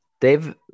Dave